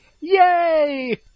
Yay